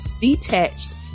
Detached